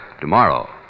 tomorrow